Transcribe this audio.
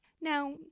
now